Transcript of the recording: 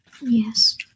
Yes